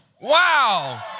Wow